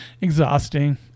exhausting